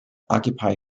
occupy